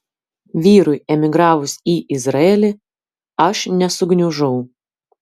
vyrui emigravus į izraelį aš nesugniužau